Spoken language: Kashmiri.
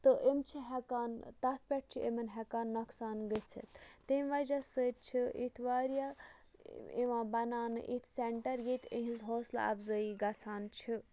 تہٕ یِم چھِ ہٮ۪کان تَتھ پٮ۪ٹھ چھ یِمن ہٮ۪کان نۄقصان گٔژھتھ تَمہِ وجہہ سۭتۍ چھِ ییٚتہِ واریاہ یِوان بَناونہٕ یِتھۍ سینٹر ییٚتہِ یِہنز حوصلہٕ اَفضٲیی گژھان چھِ